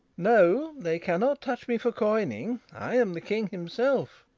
no, they cannot touch me for coining i am the king himself.